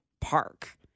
park